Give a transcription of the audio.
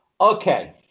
Okay